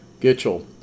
Gitchell